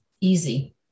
easy